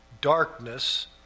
darkness